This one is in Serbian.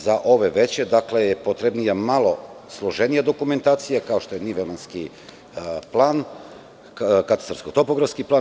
Za ove veće je potrebnija malo složenija dokumentacija, kao što je Nivemanski plan, katastarsko-topografski plan.